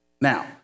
Now